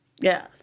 Yes